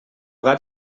gat